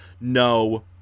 No